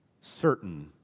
certain